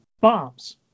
bombs